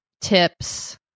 tips